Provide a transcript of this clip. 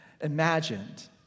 imagined